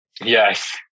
Yes